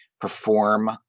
perform